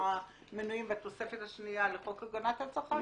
המנויים בתוספת השנייה לחוק הגנת הצרכן,